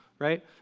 right